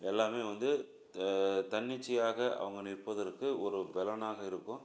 எல்லாமே வந்து தன்னிச்சையாக அவங்க நிற்பதற்கு ஒரு பலனாக இருக்கும்